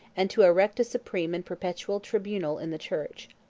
and to erect a supreme and perpetual tribunal in the church.